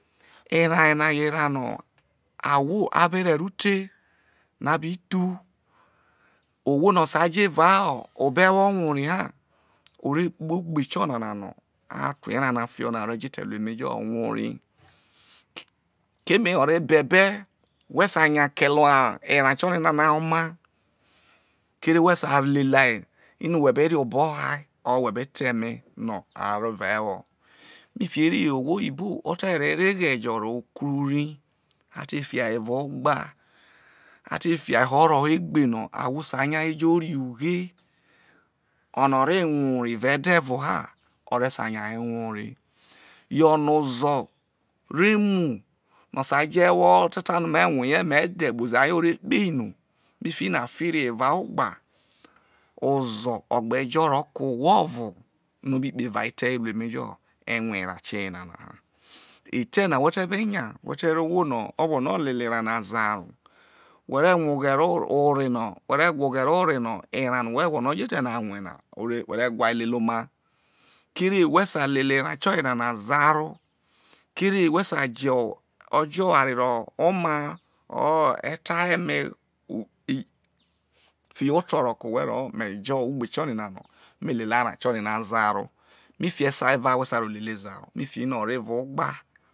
Erao yena yo̠ erao no̠ ahwo a bero̠ e̠ro teno̠ a bithu ohwo no̠ o̠ sai jo̠ evao obo̠ e̠wo̠ rue erai ha o re kpoho̠ ogbe ti ona no̠ a thu erao na fiho̠ na o̠ rejo etee ru emejo̠ rue erai keme o̠ re̠ jo̠ be̠be̠ whe̠te̠ sainyakele erao tionanan oma kerewhe sai leleai ino̠ who̠be rie obo̠ hai or whe̠beta e̠me no̠ a rro evao e̠wo fikiere ohwo oyibo o te ro areghe̠ jo̠ ro̠ kru eri ate fiai ho̠ evai ogba a te ffiai ho roho egbe no̠ ahwo sainyai ro ri ughe o̠no̠ o̠ re rue eri evao edevo ha o̠ re̠ sai nyai rue erai yo̠ o̠no̠ ozo̠ re mu no̠ o̠ sai jo̠ e̠wo̠ tane̠ me̠ rue erie me̠ dhe̠ kpozi hayo̠ mekpe ino fikino̠ a fi rai ho̠ eva o ogba ozo̠ o̠ gbejo ro̠ke̠ ohwo o̠vono̠ o bi kpoho̠ evao etee biru emejo̠ rue era o tioyena ha etee na whe̠te̠ be nya whe̠te̠ ro ohwo no̠ o gwolo lele eraona zaro whe re rue oghe̠re̠ ore no whe̠ re̠ gwa oghe̠re̠ ore no̠ erao moo who gwo̠lo jo̠ ete e na rue nao re whe re gwa e lele oma kere-whe̠ sa lele oghere erao tio yena zaro kere who saijo̠ o̠jo̠ oware no̠ o̠maa or etaho̠ e̠me fiho̠ oto̠ roke owhe̠ roho̠ me̠ jo ogbe tionana me lele arao tion ana zaro fiki eve whe sai ro lele, zaro fiki no̠ o̠ roro̠ evao ogba.